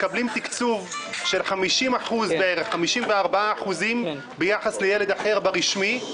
מקבלים תקצוב של 54% ביחס לילד אחר בחינוך הרשמי.